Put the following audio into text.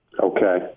okay